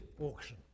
auction